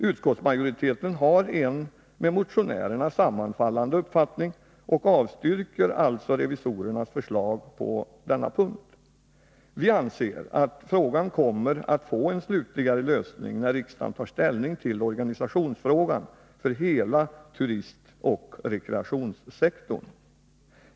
Utskottsmajoriteten har en med motionärerna sammanfallande uppfattning och avstyrker alltså revisorernas förslag på denna punkt. Vi anser att frågan kommer att få en mera slutgiltig lösning när riksdagen tar ställning till organisationsfrågan avseende hela turistoch rekreationssektorn.